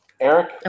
Eric